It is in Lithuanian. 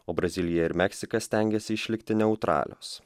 o brazilija ir meksika stengiasi išlikti neutralios